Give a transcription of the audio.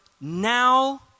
now